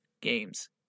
games